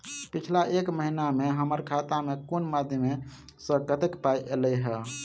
पिछला एक महीना मे हम्मर खाता मे कुन मध्यमे सऽ कत्तेक पाई ऐलई ह?